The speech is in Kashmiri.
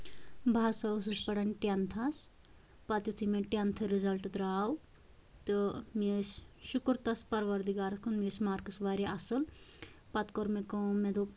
بہٕ ہسا ٲسٕس پَران ٹٮ۪نتھَس پَتہٕ یِتھُے مےٚ ٹٮ۪نتھ رِزلٹ درو تہٕ مےٚ ٲسۍ شُکُر تتھ پَروردِگارَس کُس مےٚ ٲسۍ مارکٔس واریاہ اَصٕل پَتہٕ کٔر مےٚ کٲم مےٚ دوٚپ